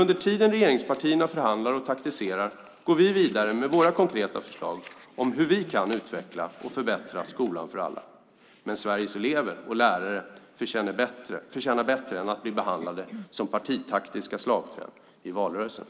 Under tiden som regeringspartierna förhandlar och taktiserar går vi vidare med våra konkreta förslag om hur vi kan utveckla och förbättra skolan för alla. Sveriges elever och lärare förtjänar bättre än att bli behandlade som partitaktiska slagträn i valrörelser.